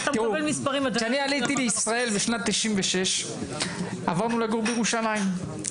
כשעליתי לישראל בשנת 1996, עברנו לגור בירושלים.